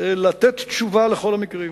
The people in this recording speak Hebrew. לתת תשובה לכל המקרים.